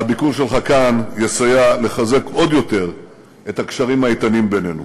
והביקור שלך כאן יסייע לחזק עוד יותר את הקשרים האיתנים בינינו.